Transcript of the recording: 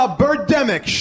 birdemic